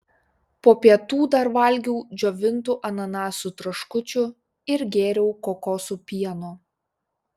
po pietų dar valgiau džiovintų ananasų traškučių ir gėriau kokosų pieno